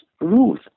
rules